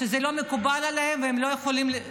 שזה לא מקובל עליהם וזה לא מתאים.